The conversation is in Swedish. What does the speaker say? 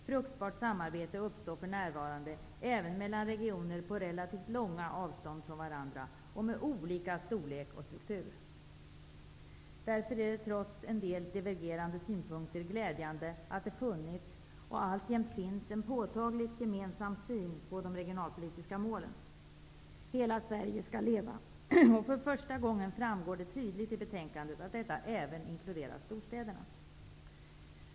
Fruktbart samarbete uppstår för närvarande även mellan regioner på relativt långa avstånd från varandra och med olika storlek och struktur. Det är därför, trots en del divergerande synpunkter, glädjande att det har funnits och alltjämt finns en påtagligt gemensam syn på de regionalpolitiska målen. Hela Sverige skall leva, och för första gången framgår det tydligt av betänkandet att detta även inkluderar storstäderna.